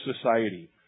society